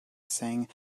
saying